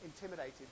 intimidated